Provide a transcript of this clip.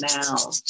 now